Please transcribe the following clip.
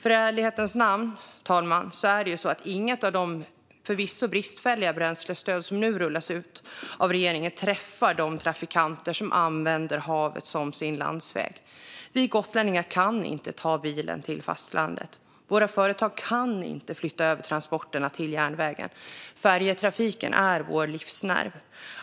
I ärlighetens namn, fru talman, är det ju så att inget av de förvisso bristfälliga bränslestöd som nu rullas ut av regeringen träffar de trafikanter som använder havet som sin landsväg. Vi gotlänningar kan inte ta bilen till fastlandet. Våra företag kan inte flytta över transporterna till järnvägen. Färjetrafiken är vår livsnerv.